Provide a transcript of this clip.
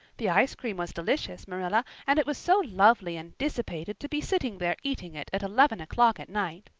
the ice cream was delicious, marilla, and it was so lovely and dissipated to be sitting there eating it at eleven o'clock at night.